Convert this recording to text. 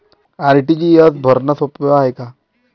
RTGS भरनं सोप हाय का?